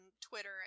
Twitter